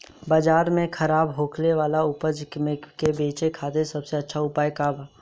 बाजार में खराब होखे वाला उपज के बेचे खातिर सबसे अच्छा उपाय का बा?